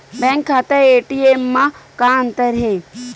Bank खाता ATM मा का अंतर हे?